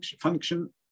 function